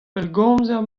pellgomzer